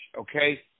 Okay